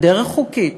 בדרך חוקית,